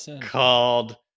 called